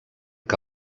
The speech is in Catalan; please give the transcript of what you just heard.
que